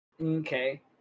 Okay